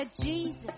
Jesus